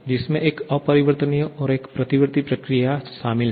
इसमें एक अपरिवर्तनीय और एक प्रतिवर्ती प्रक्रिया शामिल है